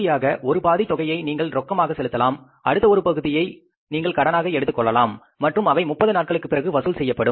பகுதியாக ஒரு பாதி தொகையை நீங்கள் ரொக்கமாக செலுத்தலாம் அடுத்த ஒரு பகுதியை நீங்கள் கடனாக எடுத்துக் கொள்ளலாம் மற்றும் அவை 30 நாட்களுக்குப் பிறகு வசூல் செய்யப்படும்